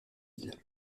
ville